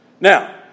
Now